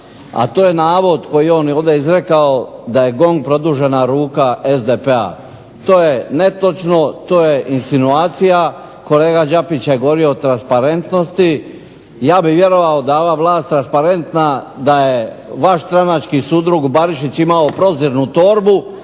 a to je navod koji je on ovdje izrekao da je GONG produžena ruka SDP-a. To je netočno, to je insinuacija, kolega Đakić je govorio o transparentnosti, ja bih vjerovao da ova vlast transparentna da je vaš stranački sudrug Barišić imao prozirnu torbu